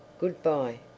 Goodbye